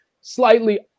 Slightly